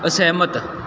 ਅਸਹਿਮਤ